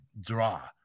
draw